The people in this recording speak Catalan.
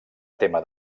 tema